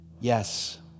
Yes